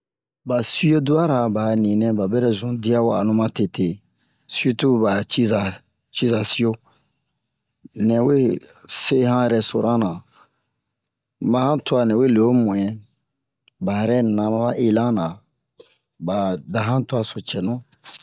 Ba suweduwara ba a ni nɛ ba bɛrɛ zun diya wa'anu ma tete sirtu ba ciza ciza siyo nɛ we se han rɛstoran na ma han twa nɛ we le ho mu'in ba rɛne na ma ba elan na ba da han twa so cɛnu